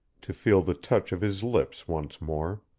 to feel the touch of his lips once more.